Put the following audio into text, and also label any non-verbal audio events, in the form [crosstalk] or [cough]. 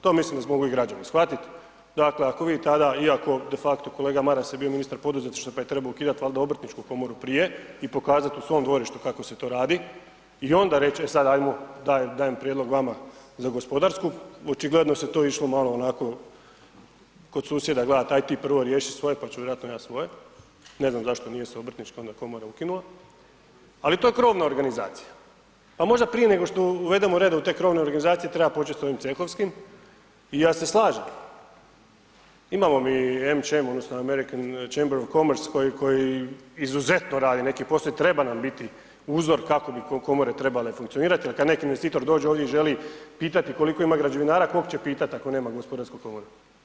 To mislim da mogu i građani shvatiti, dakle ako vi tada iako de facto kolega Maras je bio ministar poduzetništva pa je trebao ukidat valjda obrtničku komoru prije i pokazat u svom dvorištu kako se to radi i onda reć e sad ajmo, dajem prijedlog vama za gospodarsku, očigledno se tu išlo malo onako kod susjeda gledat, ajde ti prvo riješi svoj pa ću vjerojatno ja svoje, ne znam zašto nije se obrtnička komora ukinula, ali to je krovna organizacija pa možda prije nego uvedemo red u te krovne organizacije, treba početi sa ovim cehovskim i ja se slažem, imamo mi ... [unintelligible] odnosno American chamber of commerce koji izuzetno radi neki posao i treba nam biti uzor kako bi komore trebale funkcionirati jer kad neki investitor dođe i želi pitati koliko ima građevinara, kog će pitat ako nema gospodarske komore?